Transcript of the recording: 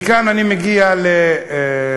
מכאן אני מגיע למסקנה: